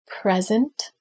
present